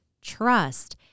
trust